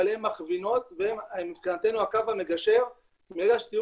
אבל הן מכווינות והן מבחינתנו הקו המגשר מרגע של סיום